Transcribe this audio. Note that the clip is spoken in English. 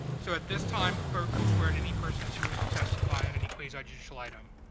so at this time, clerk will swear in any persons who wish to testify on any quasi-judicial item.